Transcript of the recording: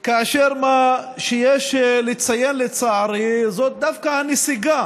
מה שיש לציין, לצערי, זה דווקא הנסיגה